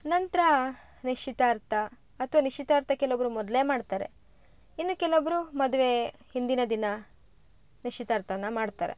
ನಂತರ ನಿಶ್ಚಿತಾರ್ಥ ಅಥವಾ ನಿಶ್ಚಿತಾರ್ಥ ಕೆಲವೊಬ್ಬರು ಮೊದಲೇ ಮಾಡ್ತಾರೆ ಇನ್ನು ಕೆಲವೊಬ್ಬರು ಮದುವೆ ಹಿಂದಿನ ದಿನ ನಿಶ್ಚಿತಾರ್ಥವನ್ನ ಮಾಡ್ತಾರೆ